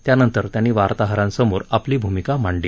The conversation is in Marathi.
त्यानंतर त्यांनी वार्ताहरांसमोर आपली भूमिका मांडली